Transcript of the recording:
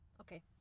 Okay